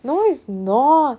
no it's not